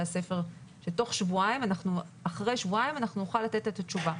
הספר שאחרי שבועיים נוכל לתת את התשובה.